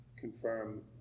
confirm